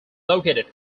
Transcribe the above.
located